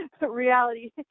reality